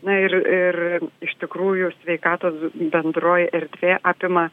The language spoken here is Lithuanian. na ir ir iš tikrųjų sveikatos bendroji erdvė apima